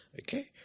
Okay